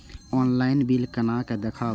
Online bill केना देखब?